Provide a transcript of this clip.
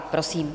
Prosím.